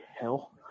hell